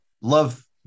Love